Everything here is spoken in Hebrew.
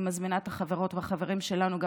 אני מזמינה את החברות והחברים שלנו גם